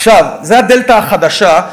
זאת הדלתא החדשה,